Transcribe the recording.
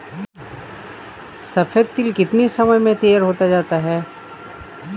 सफेद तिल कितनी समय में तैयार होता जाता है?